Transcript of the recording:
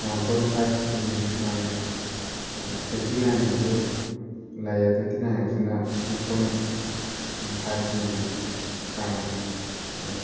one point five GB ꯐꯪꯉꯦ ꯑꯗꯨ twenty ꯅꯥꯏꯟꯒꯤꯁꯨ ꯂꯩꯌꯦ ꯇ꯭ꯋꯦꯟꯇꯤ ꯅꯥꯏꯟꯒꯤꯁꯤꯅ ꯇꯨ ꯄꯣꯏꯟ ꯐꯥꯏꯕ ꯖꯤꯕꯤ ꯐꯪꯉꯦ